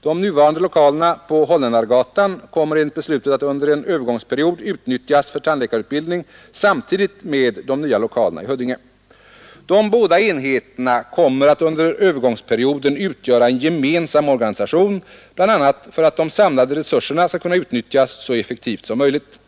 De nuvarande lokalerna på Holländargatan kommer enligt beslutet att under en övergångsperiod utnyttjas för tandläkarutbildning samtidigt med de nya lokalerna i Huddinge. De båda enheterna kommer att under övergångsperioden utgöra en gemensam organisation, bl.a. för att de samlade resurserna skall kunna utnyttjas så effektivt som möjligt.